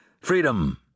Freedom